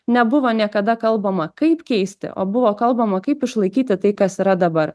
nebuvo niekada kalbama kaip keisti o buvo kalbama kaip išlaikyti tai kas yra dabar